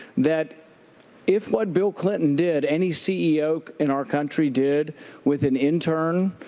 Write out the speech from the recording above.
that if what bill clinton did any ceo in our country did with an intern,